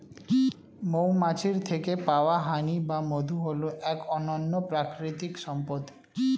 মৌমাছির থেকে পাওয়া হানি বা মধু হল এক অনন্য প্রাকৃতিক সম্পদ